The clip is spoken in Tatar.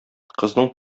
кызның